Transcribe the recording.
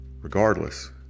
regardless